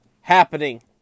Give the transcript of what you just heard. happening